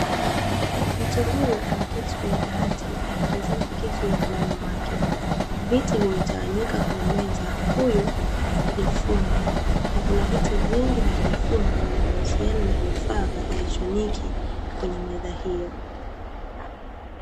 Mtu huyu ameketi kwenye dawati akitazama kitu mkononi mwake, viti vimetawanyika kwenye meza. Huyu ni fundi na kuna viti vingi vya ufundi vinavyohusiana na vifaa vya kielektroniki kwenye meza hiyo.